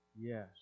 Yes